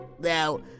Now